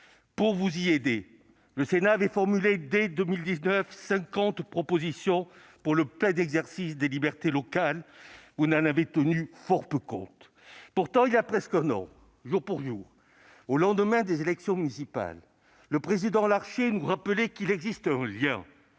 Pour vous y aider, le Sénat avait formulé, dès 2019, 50 propositions pour le plein exercice des libertés locales. Vous en avez fort peu tenu compte. Voilà presque un an jour pour jour, au lendemain des élections municipales, le président Larcher nous rappelait qu'il existait un lien